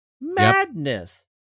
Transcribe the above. Madness